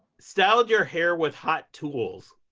styled your hair with hot tools?